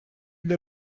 для